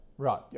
Right